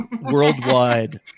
worldwide